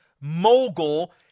mogul